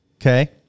Okay